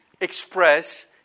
express